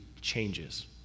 changes